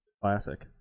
Classic